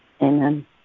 Amen